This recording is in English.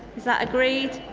is that agreet?